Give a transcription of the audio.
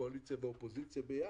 קואליציה ואופוזיציה ביחד,